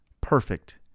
perfect